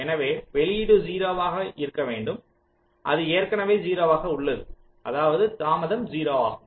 எனவே வெளியீடு 0 ஆக இருக்க வேண்டும் அது ஏற்கனவே 0 ஆக உள்ளது அதாவது தாமதம் 0 ஆகும்